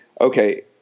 okay